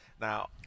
Now